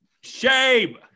Shame